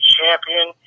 Champion